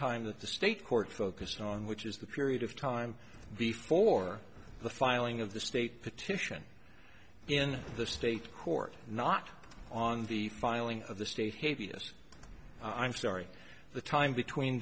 time that the state court focus on which is the period of time before the filing of the state petition in the state court not on the filing of the state hey vs i'm sorry the time between